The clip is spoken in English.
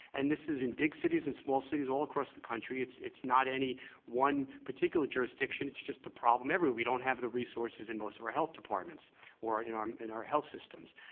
and this is in big cities, in small cities all across the country. it's it's not any one particular jurisdiction, it's just a problem everywhere, we don't have the resources in most of our health departments or in our in our health systems.